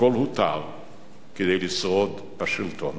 הכול הותר כדי לשרוד בשלטון.